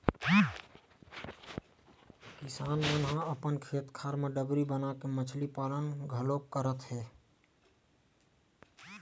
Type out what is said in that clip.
किसान मन ह अपन खेत खार म डबरी बनाके मछरी पालन घलोक करत हे